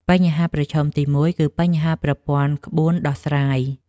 បញ្ហាប្រឈមទី១ គឺបញ្ហាប្រព័ន្ធក្បួនដោះស្រាយ ។